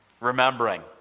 Remembering